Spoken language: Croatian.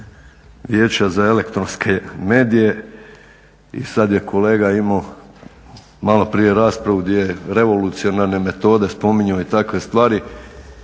Vijeća za elektronske medije i sad je kolega imao malo prije raspravu gdje je revolucionarne metode spominjao i takve stvari.